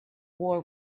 war